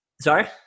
Sorry